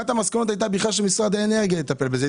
המסקנות הייתה שמשרד האנרגיה יטפל בזה,